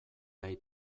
nahi